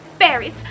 fairies